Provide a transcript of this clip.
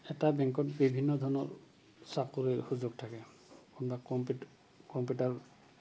এটা বেংকত বিভিন্ন ধৰণৰ চাকৰিৰ সুযোগ থাকে কোনবা কম্পিউ কম্পিউটাৰ